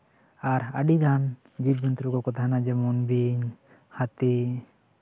ᱟᱨ ᱟᱹᱰᱤ ᱜᱟᱱ ᱡᱤᱵᱽ ᱡᱚᱱᱛᱩᱨᱩ ᱠᱚᱠᱚ ᱛᱟᱦᱮᱱᱟ ᱡᱮᱢᱚᱱ ᱵᱤᱧ ᱦᱟᱹᱛᱤ